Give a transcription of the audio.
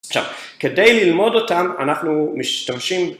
עכשיו, כדי ללמוד אותם אנחנו משתמשים